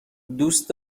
دوست